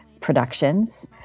productions